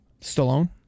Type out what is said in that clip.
Stallone